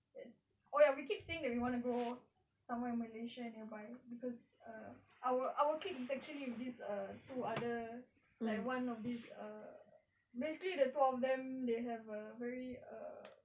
it's oh ya we keep saying we want to go somewhere malaysia nearby cause uh our our clique is actually with this two other like one of this uh basically the two of them they have a a very uh err